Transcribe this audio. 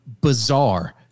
bizarre